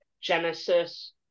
Genesis